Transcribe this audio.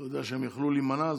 אתה יודע שהם יכלו להימנע.